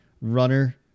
runner